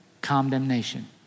condemnation